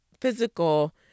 physical